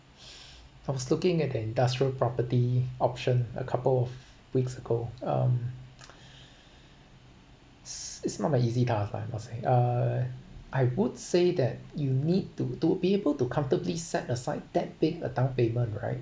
I was looking at the industrial property option a couple of weeks ago um it's not an easy task lah I must say uh I would say that you need to to be able to comfortably set aside that big a down payment right